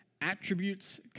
attributes